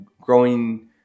growing